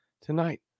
tonight